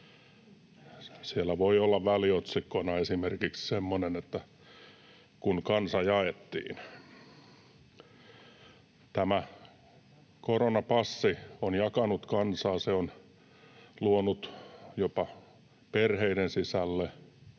Siellä voi olla väliotsikkona esimerkiksi semmoinen, että ”kun kansa jaettiin”. Tämä koronapassi on jakanut kansaa. Se on luonut jopa perheiden sisälle